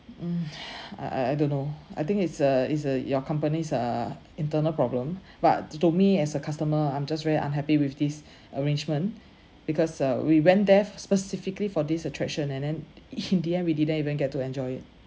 I I I don't know I think it's a it's a your company's uh internal problem but to me as a customer I'm just very unhappy with this arrangement because uh we went there specifically for this attraction and then in the end we didn't even get to enjoy it